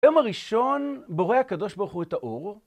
יום הראשון בורא הקדוש ברוך הוא את האור.